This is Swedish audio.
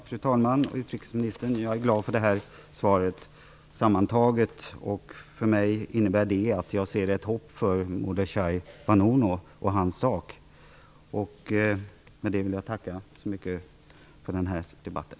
Fru talman! Jag är glad för svaret sammantaget. Därmed ser jag ett hopp för Mordechai Vanunu och hans sak. Med detta vill jag tacka så mycket för den här debatten.